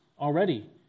already